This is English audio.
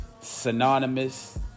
synonymous